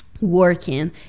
working